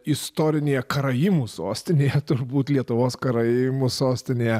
istorinėje karaimų sostinėje turbūt lietuvos karaimų sostinėje